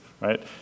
right